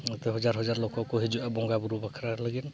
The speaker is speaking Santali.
ᱚᱱᱟᱛᱮ ᱦᱟᱡᱟᱨ ᱦᱟᱡᱟᱨ ᱞᱳᱠᱚ ᱠᱚ ᱦᱤᱡᱩᱜᱼᱟ ᱵᱚᱸᱜᱟᱼᱵᱩᱨᱩ ᱵᱟᱠᱷᱨᱟ ᱞᱟᱹᱜᱤᱫ